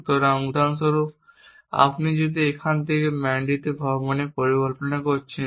সুতরাং উদাহরণস্বরূপ আপনি যদি এখান থেকে ম্যান্ডিতে ভ্রমণের পরিকল্পনা করছেন